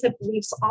beliefs